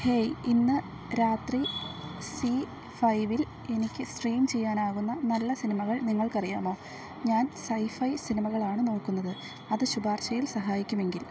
hey ഇന്ന് രാത്രി സീ ഫൈവിൽ എനിക്ക് സ്ട്രീം ചെയ്യാനാകുന്ന നല്ല സിനിമകൾ നിങ്ങൾക്കറിയാമോ ഞാൻ സൈഫൈ സിനിമകളാണ് നോക്കുന്നത് അത് ശുപാർശയിൽ സഹായിക്കുമെങ്കിൽ